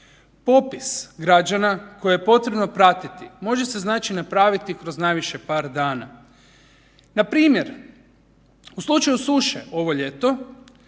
Popis građana koje je potrebno pratiti može se napraviti kroz najviše par dana. Npr. u slučaju suše ovo ljeto,